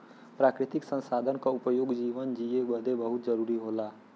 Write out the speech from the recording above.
प्राकृतिक संसाधन क उपयोग जीवन जिए बदे बहुत जरुरी होला